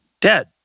dead